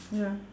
ya